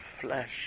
flesh